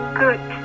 good